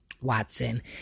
Watson